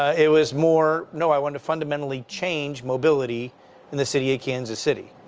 it was more, no, i want to fundamentally change mobility in the city of kansas city.